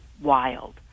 wild